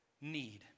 need